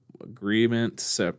agreement